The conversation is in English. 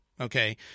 Okay